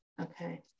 Okay